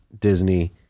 Disney